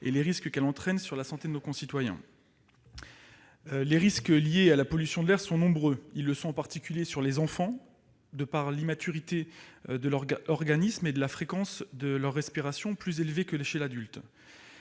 et des risques qu'elle entraîne sur la santé de nos concitoyens. Les risques liés à la pollution de l'air sont nombreux. Ils le sont en particulier pour les enfants en raison de l'immaturité de leur organisme et de la fréquence de leur respiration, plus élevée que chez l'adulte.